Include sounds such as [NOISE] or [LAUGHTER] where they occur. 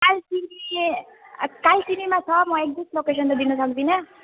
कालचिनी [UNINTELLIGIBLE] कालचिनीमा छ म एकजेक्ट लोकेसन त दिन सक्दिनँ